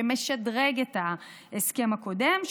שמשדרג את ההסכם הקודם,